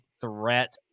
threat